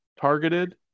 targeted